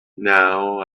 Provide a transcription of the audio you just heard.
now